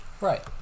Right